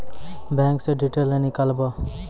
Bank से detail नीकालव?